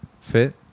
fit